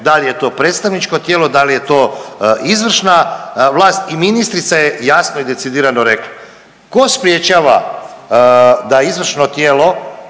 dal je to predstavničko tijelo, da li je to izvršna vlast. I ministrica je jasno i decidirano rekla, ko sprječava da izvršno tijelo